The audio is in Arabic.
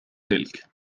تلك